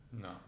no